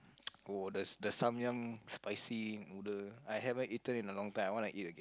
oh the the Samyang spicy noodle I haven't eaten in a long time I want to eat again